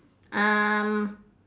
um